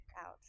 Out